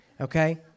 okay